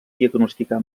diagnosticar